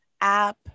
app